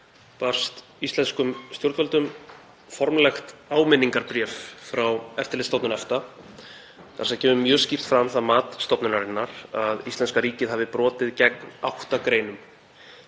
barst íslenskum stjórnvöldum formlegt áminningarbréf frá Eftirlitsstofnun EFTA það sem kemur mjög skýrt fram það mat stofnunarinnar að íslenska ríkið hafi brotið gegn átta greinum